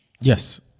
Yes